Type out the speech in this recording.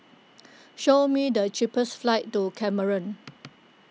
show me the cheapest flights to Cameroon